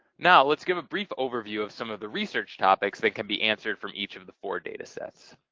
now let's give a brief overview of some of the research topics that can be answered from each of the four data sets.